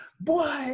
Boy